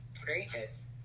greatness